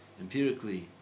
empirically